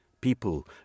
people